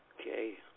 Okay